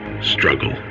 struggle